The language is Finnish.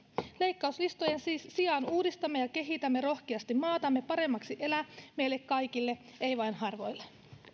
leikkauslistojen sijaan uudistamme ja kehitämme rohkeasti maatamme paremmaksi elää meille kaikille ei vain harvoille